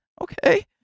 Okay